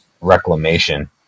reclamation